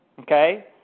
Okay